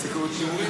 סוכרת נעורים,